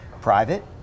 private